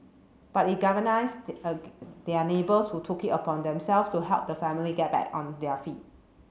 but it galvanised their neighbours who took it upon themselves to help the family get back on their feet